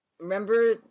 Remember